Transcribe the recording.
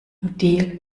deal